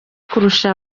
kurusha